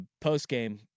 postgame